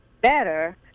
better